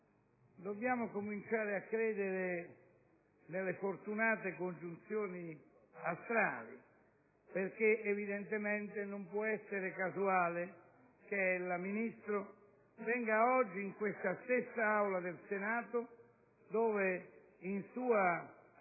dobbiamo cominciare a credere nelle fortunate congiunzioni astrali perché, evidentemente, non può essere casuale che ella, Ministro, venga oggi in questa stessa Aula del Senato in cui, in sua